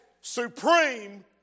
supreme